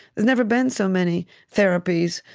there's never been so many therapies,